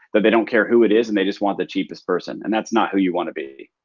that they don't care who it is and they just want the cheapest person and that's not who you wanna be.